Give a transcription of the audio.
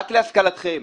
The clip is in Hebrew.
רק להשכלתכם,